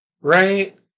right